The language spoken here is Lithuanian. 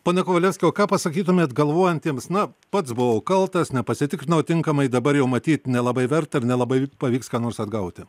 pone kovalevski o ką pasakytumėt galvojantiems na pats buvau kaltas nepasitikrinau tinkamai dabar jau matyt nelabai verta ir nelabai pavyks ką nors atgauti